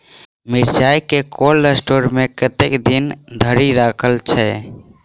मिर्चा केँ cold store मे कतेक दिन धरि राखल छैय?